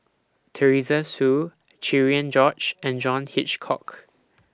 Teresa Hsu Cherian George and John Hitchcock